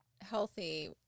healthy